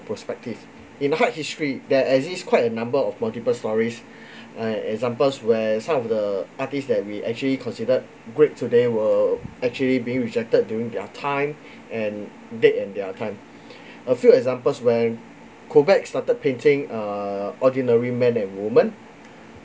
perspective in art history there exist quite a number of multiple stories like examples where some of the artist that we actually considered great today were actually being rejected during their time and date and their time a few examples where courbet started painting err ordinary men and woman